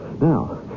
Now